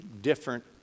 different